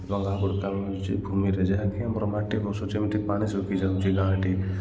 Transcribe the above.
ଏବଂ ଆଉ ଗୋଟେ କାମ ହେଉଛି ଭୂମିରେ ଯାହାକି ଆମର ମାଟିର ଯେମିତି ପାଣି ଶୁଖିଯାଉଛି